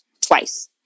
twice